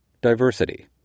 Diversity